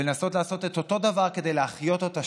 ולנסות לעשות את אותו הדבר כדי להחיות אותה